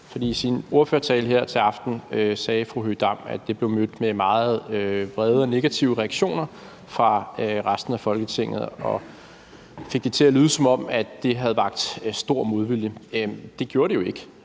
For i sin ordførertale her til aften sagde fru Aki-Matilda Høegh-Dam, at det blev mødt med meget vrede og negative reaktioner fra resten af Folketinget, og fik det til at lyde, som om det havde vakt stor modvilje. Det gjorde det jo ikke.